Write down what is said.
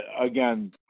again